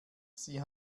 sie